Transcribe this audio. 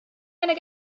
eine